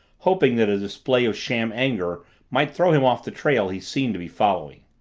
hoping that a display of sham anger might throw him off the trail he seemed to be following.